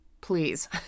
please